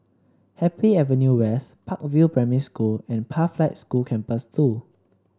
Happy Avenue West Park View Primary School and Pathlight School Campus Two